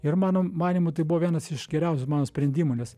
ir mano manymu tai buvo vienas iš geriausių mano sprendimų nes